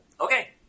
Okay